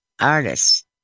artists